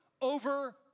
over